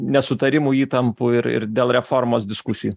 nesutarimų įtampų ir ir dėl reformos diskusijų